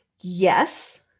Yes